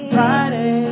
Friday